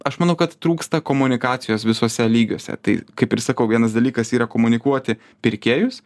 aš manau kad trūksta komunikacijos visuose lygiuose tai kaip ir sakau vienas dalykas yra komunikuoti pirkėjus